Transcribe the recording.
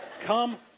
Come